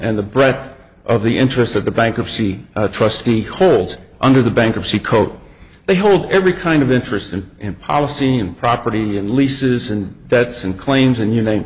and the breadth of the interests of the bankruptcy trustee holds under the bankruptcy code they hold every kind of interest and in policy and property and leases and that's in claims and you